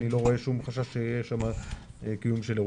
אני לא רואה שום חשש שיהיה שם קיום של אירועים.